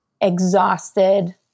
exhausted